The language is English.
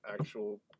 actual